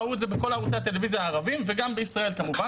ראו את זה בכל ערוצי הטלוויזיה הערביים וגם בישראל כמובן.